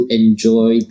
enjoy